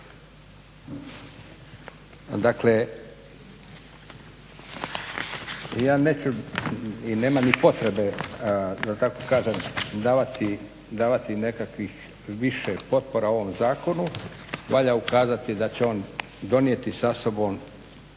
Dakle, ja neću i nema ni potrebe da tako kažem davati nekakvih više potpora ovom zakonu, valja ukazati da će on donijeti sa sobom